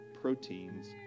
proteins